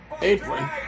apron